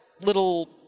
little